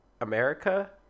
America